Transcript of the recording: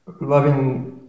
loving